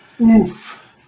Oof